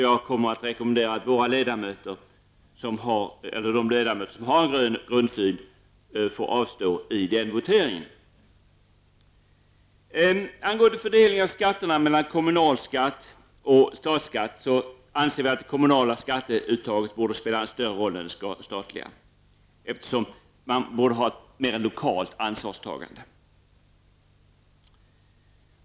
Jag kommer därför att rekommendera de ledamöter som har en grön grundsyn att avstå vid voteringen. När det gäller fördelningen av skatterna mellan kommunalskatt och statsskatt anser vi att det kommunala skattetaget borde spela en större roll än det statliga, eftersom det borde finnas ett mera lokalt ansvarstagande.